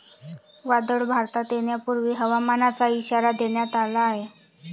वादळ भारतात येण्यापूर्वी हवामानाचा इशारा देण्यात आला आहे